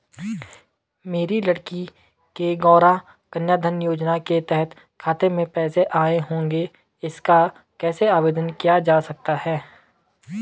मेरी लड़की के गौंरा कन्याधन योजना के तहत खाते में पैसे आए होंगे इसका कैसे आवेदन किया जा सकता है?